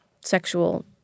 sexual